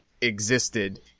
existed